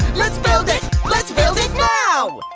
let's build it let's build it now